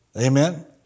Amen